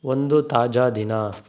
ಒಂದು ತಾಜಾ ದಿನ